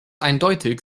eindeutig